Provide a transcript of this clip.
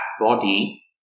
body